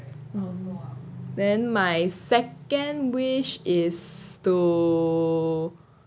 then my second wish is to